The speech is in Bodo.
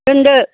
दोनदो